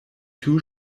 too